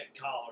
collar